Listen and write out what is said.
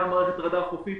גם מערכת רדאר חופית.